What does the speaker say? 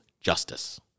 justice